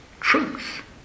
Truth